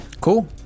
Cool